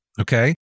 Okay